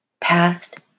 Past